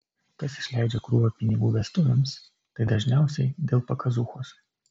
kas išleidžia krūvą pinigų vestuvėms tai dažniausiai dėl pakazuchos